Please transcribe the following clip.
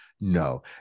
No